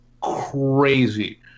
crazy